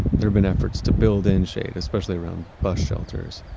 and there've been efforts to build in shade, especially around bus shelters.